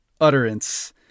utterance